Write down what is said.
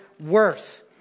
worse